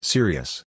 Serious